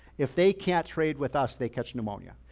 if they can't trade with us, they catch pneumonia.